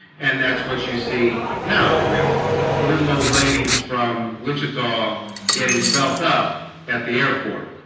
and that's what you see now with little old ladies from wichita getting felt up at the airport